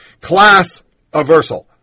Class-aversal